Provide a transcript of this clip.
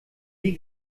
die